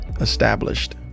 established